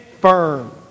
firm